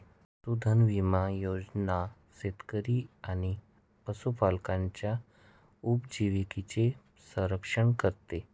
पशुधन विमा योजना शेतकरी आणि पशुपालकांच्या उपजीविकेचे संरक्षण करते